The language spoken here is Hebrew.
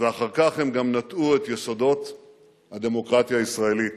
ואחר כך הם גם נטעו את יסודות הדמוקרטיה הישראלית.